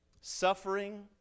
Suffering